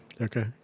Okay